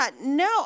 no